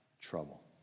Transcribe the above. Trouble